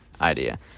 idea